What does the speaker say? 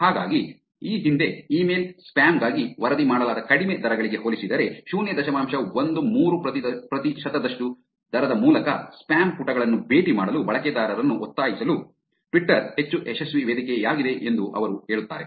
ಹಾಗಾಗಿ ಈ ಹಿಂದೆ ಇಮೇಲ್ ಸ್ಪ್ಯಾಮ್ ಗಾಗಿ ವರದಿ ಮಾಡಲಾದ ಕಡಿಮೆ ದರಗಳಿಗೆ ಹೋಲಿಸಿದರೆ ಶೂನ್ಯ ದಶಮಾಂಶ ಒಂದು ಮೂರು ಪ್ರತಿಶತದಷ್ಟು ದರದ ಮೂಲಕ ಸ್ಪ್ಯಾಮ್ ಪುಟಗಳನ್ನು ಭೇಟಿ ಮಾಡಲು ಬಳಕೆದಾರರನ್ನು ಒತ್ತಾಯಿಸಲು ಟ್ವಿಟರ್ ಹೆಚ್ಚು ಯಶಸ್ವಿ ವೇದಿಕೆಯಾಗಿದೆ ಎಂದು ಅವರು ಹೇಳುತ್ತಾರೆ